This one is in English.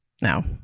No